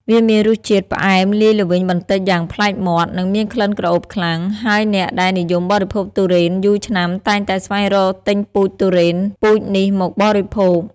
វាមានរសជាតិផ្អែមលាយល្វីងបន្តិចយ៉ាងប្លែកមាត់ និងមានក្លិនក្រអូបខ្លាំង ហើយអ្នកដែលនិយមបរិភោគទុរេនយូរឆ្នាំតែងតែស្វែងរកទិញពូជទុរេនពូជនេះមកបរិភោគ។